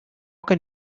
can